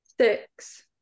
Six